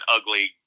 ugly